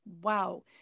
Wow